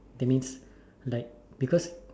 that means like because